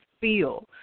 feel